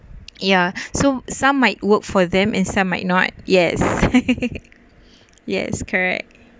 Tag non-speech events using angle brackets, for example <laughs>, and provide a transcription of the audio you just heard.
ya so some might work for them and some might not <laughs> yes yes correct